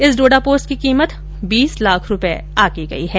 इस डोडापोस्त की कीमत बीस लाख रूपये आंकी गई है